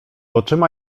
oczyma